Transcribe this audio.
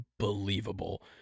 unbelievable